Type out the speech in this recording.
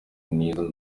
n’izo